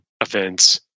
events